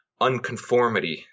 unconformity